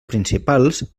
principals